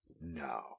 no